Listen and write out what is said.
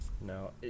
No